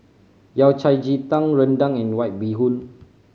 Yao Cai ji tang rendang and White Bee Hoon